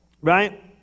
right